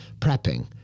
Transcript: prepping